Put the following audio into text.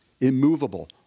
immovable